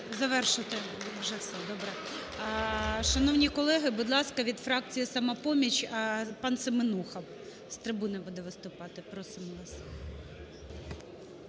Завершити. Вже? Добре. Шановні колеги, будь ласка, від фракції "Самопоміч" пан Семенуха з трибуни буде виступати. Просимо вас.